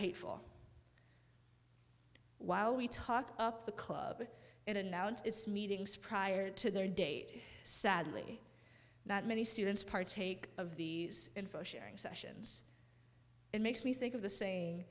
hateful while we talk up the club and announce its meetings prior to their date sadly not many students partake of the info sharing sessions it makes me think of the saying